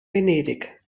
venedig